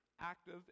active